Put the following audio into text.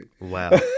Wow